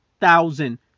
thousand